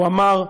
הוא אמר: